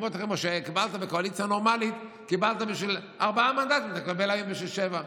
שקיבלת בקואליציה נורמלית בשביל ארבעה מנדטים תקבל היום בשביל שבעה.